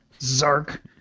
Zark